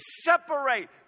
separate